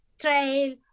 trail